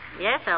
Yes